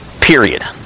Period